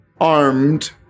armed